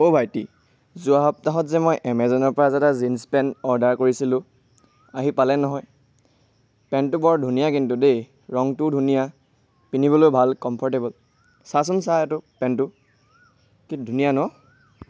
অ' ভাইটি যোৱা সপ্তাহত যে মই এমেজনৰপৰা যে এটা জীন্স পেণ্ট অৰ্ডাৰ কৰিছিলোঁ আহি পালে নহয় পেণ্টটো বৰ ধুনীয়া কিন্তু দেই ৰংটোও ধুনীয়া পিন্ধিবলৈ ভাল কমফৰ্টেবল চাচোন চা এইটো পেণ্টটো কি ধুনীয়া ন